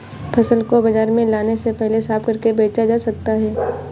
फसल को बाजार में लाने से पहले साफ करके बेचा जा सकता है?